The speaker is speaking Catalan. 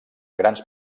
grans